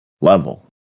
level